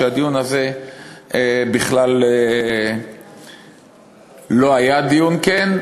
שהדיון הזה בכלל לא היה דיון כן,